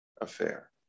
affair